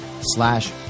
slash